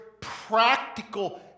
practical